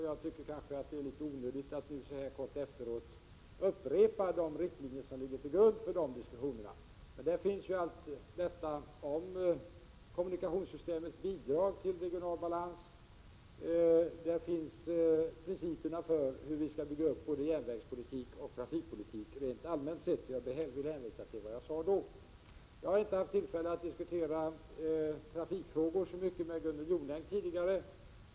Jag tycker att det är litet onödigt att så här kort efteråt upprepa de riktlinjer som ligger till grund för de diskussionerna. Där finns allt om kommunikationssystemens bidrag till regional balans, där finns principerna för hur vi skall bygga upp både järnvägspolitik och trafikpolitiken rent allmänt sätt. Jag vill hänvisa till det jag sade då. Jag har inte haft tillfälle att diskutera trafikfrågor särskilt mycket med — Prot. 1987/88:15 Gunnel Jonäng tidigare.